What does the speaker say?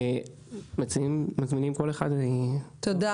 כל מיני נסיבות שרלוונטיות שהיום אם נשלח